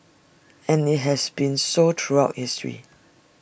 and IT has been so throughout history